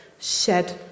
shed